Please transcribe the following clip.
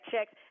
checks